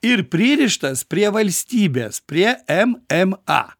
ir pririštas prie valstybės prie mma